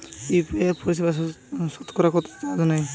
UPI পরিসেবায় সতকরা কতটাকা চার্জ নেয়?